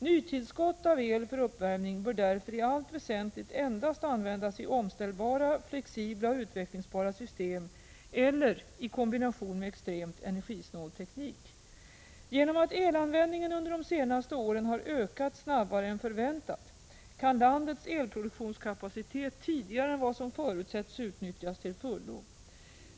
Nytillskott av el för uppvärmning bör därför i allt väsentligt endast användas i omställbara, flexibla och utvecklingsbara system eller i kombination med extremt energisnål teknik. Genom att elanvändningen under de senaste åren har ökat snabbare än förväntat kan landets elproduktionskapacitet tidigare än vad som förutsetts utnyttjas till fullo.